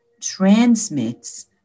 transmits